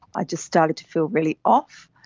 i just started to feel really off,